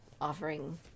offering